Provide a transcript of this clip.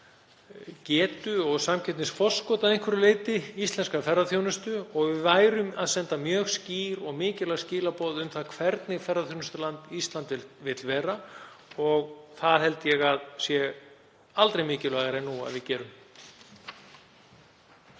og samkeppnisforskot að einhverju leyti, íslenskrar ferðaþjónustu og að við værum að senda mjög skýr og mikilvæg skilaboð um hvernig ferðaþjónustuland Ísland vill vera. Það held ég að sé aldrei mikilvægara en nú að við gerum.